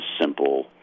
simple